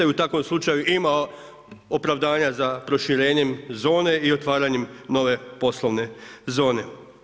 I u takvom slučaju ima opravdanja za proširenjem zone i otvaranjem nove poslovne zone.